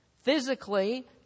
Physically